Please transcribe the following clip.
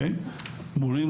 מורים